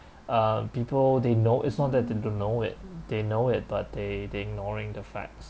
uh people they know it's not that they don't know it they know it but they they ignoring the facts